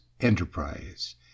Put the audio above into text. enterprise